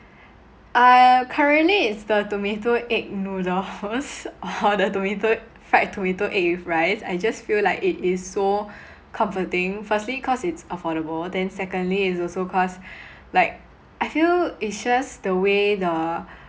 uh currently it's the tomato egg noodles uh the tomato fried tomato egg with rice I just feel like it is so comforting firstly cause it's affordable then secondly it's also cause like I feel it's just the way the